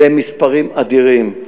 במספרים אדירים.